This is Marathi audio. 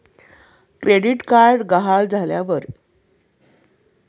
क्रेडिट कार्ड गहाळ झाल्यास काय करावे?